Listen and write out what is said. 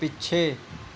ਪਿੱਛੇ